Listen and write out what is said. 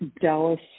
Dallas